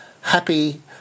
happy